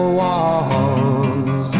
walls